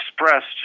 expressed